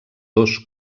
dos